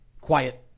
quiet